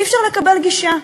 אי-אפשר לקבל גישה.